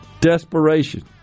Desperation